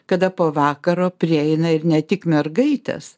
kada po vakaro prieina ir ne tik mergaitės